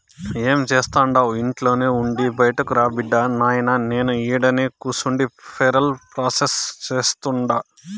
ఏం జేస్తండావు ఇంట్లోనే ఉండి బైటకురా బిడ్డా, నాయినా నేను ఈడనే కూసుండి పేరోల్ ప్రాసెస్ సేస్తుండా